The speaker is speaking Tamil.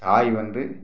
தாய் வந்து